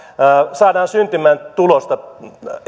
saadaan syntymään tulosta